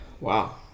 Wow